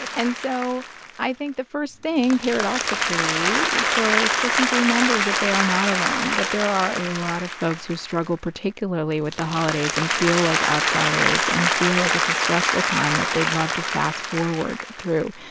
and so i think the first thing, paradoxically, for this person to remember is that they are not alone that there are a lot of folks who struggle, particularly with the holidays, and feel like outsiders and feel like it's a stressful time that they'd love to fast-forward through.